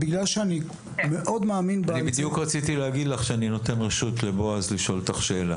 אני בדיוק רציתי להגיד לך שאני נותן רשות לבועז לשאול אותך שאלה.